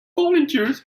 volunteers